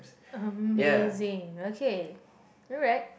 amazing okay alright